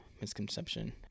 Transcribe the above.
misconception